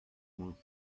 moins